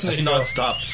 Non-stop